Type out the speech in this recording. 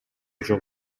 жок